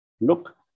look